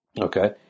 Okay